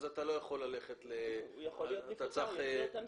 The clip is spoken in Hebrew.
אתה צריך --- הוא יכול --- להוציא את הנשמה.